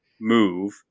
move